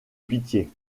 pitié